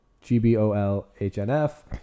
G-B-O-L-H-N-F